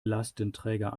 lastenträger